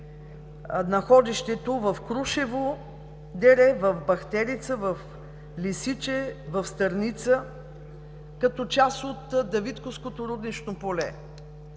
находището в „Крушево дере“, в „Бахтерица“, в „Лисиче“, в „Стърница“ като част от Давидковското руднично поле.